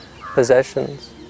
possessions